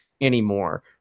anymore